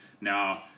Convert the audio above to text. now